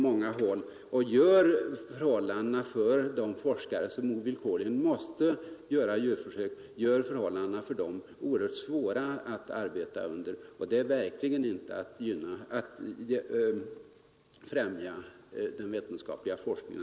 Buskpropagandan gör att det är svårt att arbeta för de forskare som ovillkorligen måste utföra djurförsök och den främjar verkligen inte den vetenskapliga forskningen.